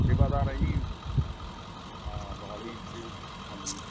ਸੇਵਾਦਾਰ ਹੈ ਜੀ ਹਾਂ ਮੋਹਾਲੀ ਦੇ ਵਿੱਚ ਹਾਂਜੀ